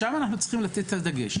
שם אנחנו צריכים לתת את הדגש,